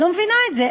אני לא מבינה את זה.